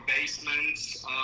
basements